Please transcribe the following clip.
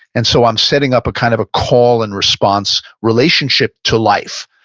and so i'm setting up kind of a call and response relationship to life,